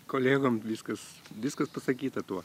kolegom viskas viskas pasakyta tuo